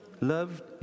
loved